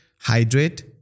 hydrate